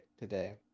today